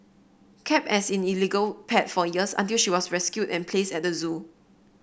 kept as in illegal pet for years until she was rescued and placed at the zoo